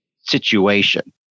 situation